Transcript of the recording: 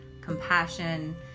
compassion